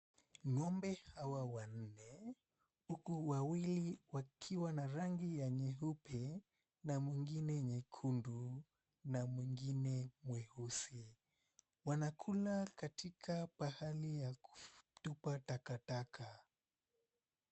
Ng'ombe hawa wanne, huku wawili wakiwa na rangi ya nyeupe, na mwingine nyekundu na mwingine mweusi. Wanakula katika pahali ya kutupa takataka.